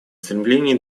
стремлении